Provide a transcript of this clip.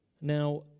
now